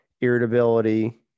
irritability